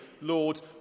Lord